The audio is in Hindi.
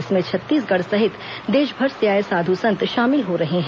इसमें छत्तीसगढ़ सहित देशभर से आए साधु संत शामिल हो रहे हैं